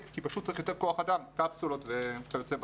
וזה קורה כי צריך יותר כוח אדם בגלל הקפסולות וכיוצא בזה.